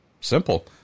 simple